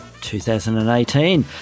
2018